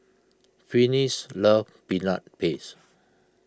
Finis loves Peanut Paste